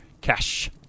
Cash